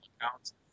accounts